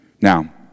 Now